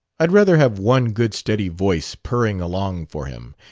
i'd rather have one good steady voice purring along for him,